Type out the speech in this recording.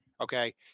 Okay